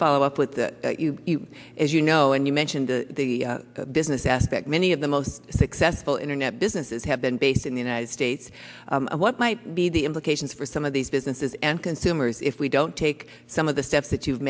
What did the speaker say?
follow up with you as you know and you mentioned the business aspect many of the most successful internet businesses have been based in the united states what might be the implications for some of these businesses and consumers if we don't take some of the steps that you've